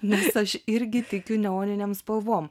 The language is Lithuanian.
ne aš irgi tikiu neoninėm spalvom